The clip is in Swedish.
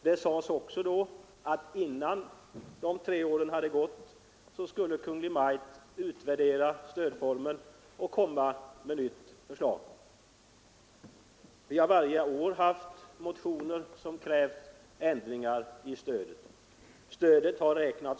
Det sades också att innan de tre åren hade gått skulle Kungl. Maj:t utvärdera stödformen och lägga fram nytt förslag. Varje år har det i motioner krävts ändringar i principerna för stödet.